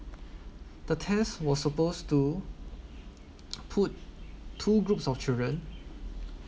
the test was supposed to put two groups of children